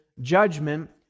judgment